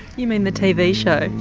you mean the tv show?